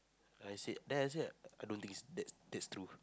I say then I say I don't think that's that's true